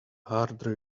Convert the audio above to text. harder